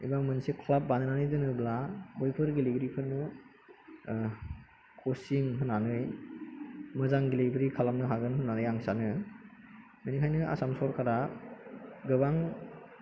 जेनेबा मोनसे क्लाब बानायनानै दोनोब्ला बैफोर गेलेगिरिफोरनो कचिं होनानै मोजां गेलेगिरि खालामनो हागोन होननानै आं सानो बेनिखायनो आसाम सरकारा गोबां